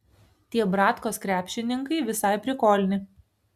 tie bratkos krepšininkai visai prikolni